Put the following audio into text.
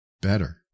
better